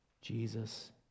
Jesus